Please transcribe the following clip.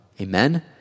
Amen